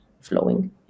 flowing